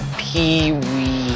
pee-wee